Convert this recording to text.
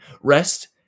Rest